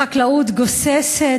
החקלאות גוססת,